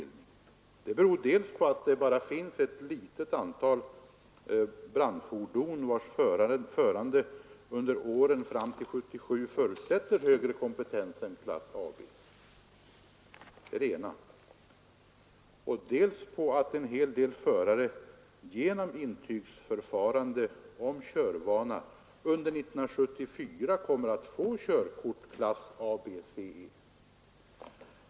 Det beror dels på att det bara finns ett litet antal brandfordon vilkas förande under åren fram till 1977 förutsätter högre kompetens än klass AB, dels på att en hel del förare genom intygsförfarande om körvana under 1974 kommer att få körkort av klass ABCE.